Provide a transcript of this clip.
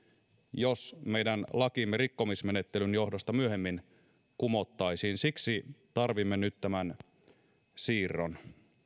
jos meidän lakimme rikkomusmenettelyn johdosta myöhemmin kumottaisiin siksi tarvitsemme nyt tämän siirron